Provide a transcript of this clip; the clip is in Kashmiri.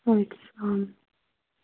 وعلیکُم السلام